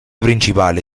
principale